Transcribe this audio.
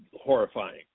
horrifying